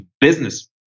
business